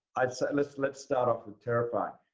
i'd say let's let's start off with terrifying.